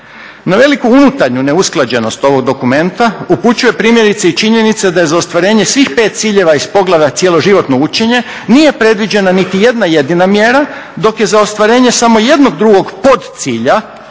Na veliku unutarnju neusklađenost ovog dokumenta upućuje primjerice i činjenica da je za ostvarenje svih 5 ciljeva iz poglavlja cijeloživotno učenja nije predviđena niti jedna jedina mjera, dok je za ostvarenje samo jednog drugog podcilja